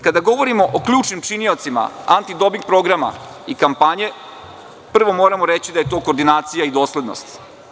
Kada govorimo o ključnim činiocima antidoping programa i kampanje, prvo moramo reći da je tu koordinacija i doslednost.